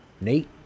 Nate